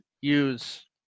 use